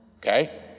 Okay